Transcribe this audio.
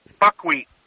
buckwheat